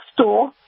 store